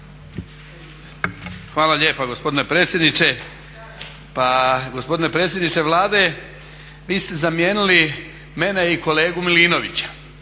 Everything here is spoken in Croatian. Hvala lijepa gospodine predsjedniče. Pa gospodine predsjedniče Vlade, vi ste zamijenili mene i kolegu Milinovića.